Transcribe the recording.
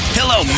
Hello